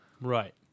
Right